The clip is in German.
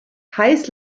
heiß